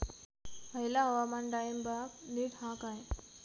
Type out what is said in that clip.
हयला हवामान डाळींबाक नीट हा काय?